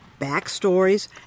backstories